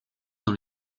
dans